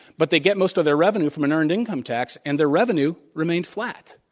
but they get most of their revenue from an earned income tax and their revenue remained flat.